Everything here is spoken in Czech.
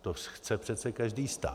To chce přece každý stát.